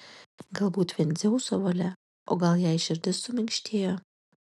galbūt vien dzeuso valia o gal jai širdis suminkštėjo